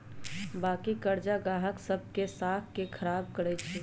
बाँकी करजा गाहक सभ के साख को खराब करइ छै